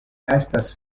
estas